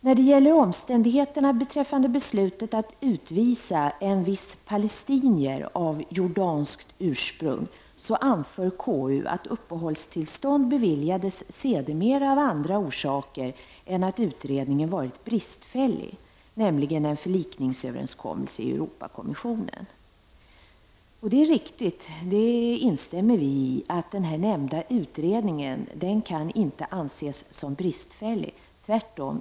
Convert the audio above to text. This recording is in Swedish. När det gäller omständigheterna beträffande beslutet att utvisa en viss palestinier av jordanskt ursprung, anför KU att uppehållstillstånd sedermera beviljades av andra orsaker än att utredningen varit bristfällig, nämligen på grund av en förlikningsöverenskommelse inför Europakommissionen. Det är riktigt, och i det instämmer vi i vpk, att den nämnda utredningen inte kan anses som bristfällig.